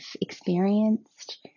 experienced